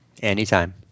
Anytime